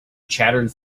chattered